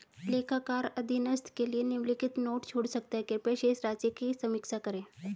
लेखाकार अधीनस्थ के लिए निम्नलिखित नोट छोड़ सकता है कृपया शेष राशि की समीक्षा करें